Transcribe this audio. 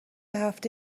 هفته